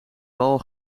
bal